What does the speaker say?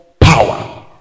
power